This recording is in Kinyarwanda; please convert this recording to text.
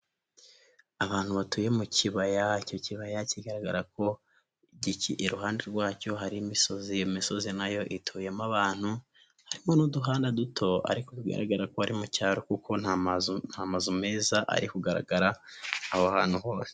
Abantu batuye mu kibaya icyo kibaya kigaragara ko iruhande rwacyo hari imisozi misozi nayo ituyemo abantu, harimo n'uduhanda duto ariko bigaragara ari mu cyaro kuko nta mazu nta mazu meza ari kugaragara aho hantu hose.